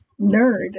nerd